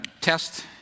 test